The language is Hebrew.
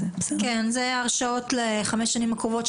זה הרשאות לחמש השנים הקרובות,